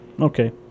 Okay